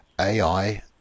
AI